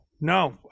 no